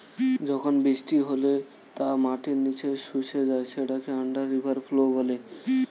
যখন বৃষ্টি হলে তা মাটির নিচে শুষে যায় সেটাকে আন্ডার রিভার ফ্লো বলে